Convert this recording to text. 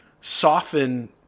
soften